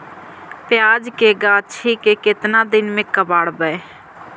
प्याज के गाछि के केतना दिन में कबाड़बै?